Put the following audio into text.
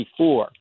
1964